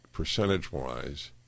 percentage-wise